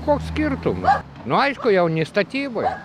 koks skirtumas nu aišku jauni statyboj